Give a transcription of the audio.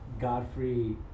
Godfrey